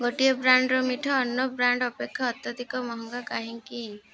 ଗୋଟିଏ ବ୍ରାଣ୍ଡ୍ର ମିଠା ଅନ୍ୟ ବ୍ରାଣ୍ଡ୍ ଅପେକ୍ଷା ଅତ୍ୟଧିକ ମହଙ୍ଗା କାହିଁକି